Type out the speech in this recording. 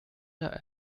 der